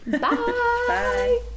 Bye